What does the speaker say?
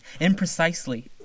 imprecisely